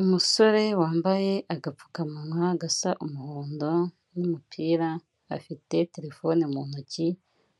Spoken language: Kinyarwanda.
Umusore wambaye agapfukamunwa gasa umuhondo n'umupira, afite telefone mu ntoki